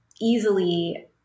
easily